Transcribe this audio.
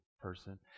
person